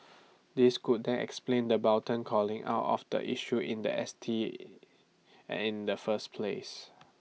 this could then explain the blatant calling out of the issue in The S T and in the first place